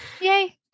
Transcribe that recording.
yay